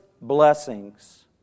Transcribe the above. blessings